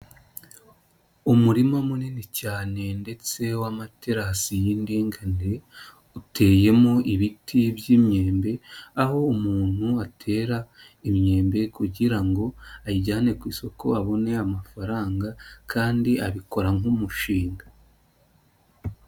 Umurima munini cyane ndetse w'amaterasi y'indinganire, uteyemo ibiti by'imyembe, aho umuntu atera imyembe kugira ngo ayijyane ku isoko abone amafaranga kandi abikora nk'umushinga.